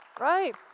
right